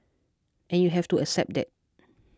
and you have to accept that